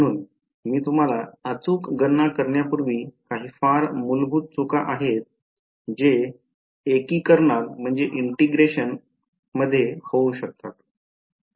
म्हणून मी तुम्हाला अचूक गणना करण्यापूर्वी काही फार मूलभूत चुका आहेत जे एकीकरणात होऊ शकतात